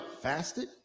fasted